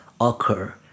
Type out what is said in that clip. occur